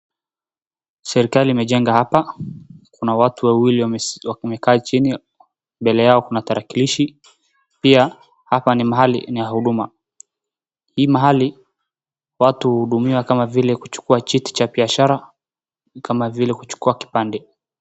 Serikali imejenga hapa, kuna watu wawili wamekaa chini, mbele yao kuna tarakilishi, pia, hapa ni mahali ni ya Huduma. Hii mahali, watu huhudumiwa kama vile kuchukua cheti cha biashara, kama vile kuchukua kipande.